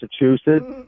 massachusetts